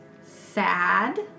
sad